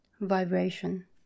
vibration